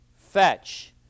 fetch